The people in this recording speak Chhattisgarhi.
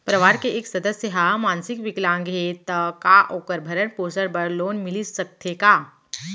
परवार के एक सदस्य हा मानसिक विकलांग हे त का वोकर भरण पोषण बर लोन मिलिस सकथे का?